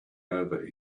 over